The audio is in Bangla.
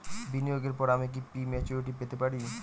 বিনিয়োগের পর আমি কি প্রিম্যচুরিটি পেতে পারি?